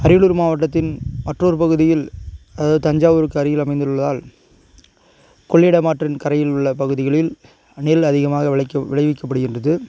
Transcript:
அரியலூர் மாவட்டத்தின் மற்றொரு பகுதியில் அதாவது தஞ்சாவூருக்கு அருகில் அமைந்துள்ளதால் கொள்ளிடம் ஆற்றின் கரையில் உள்ள பகுதிகளில் நெல் அதிகமாக விளைக்க விளைவிக்கப்படுகின்றது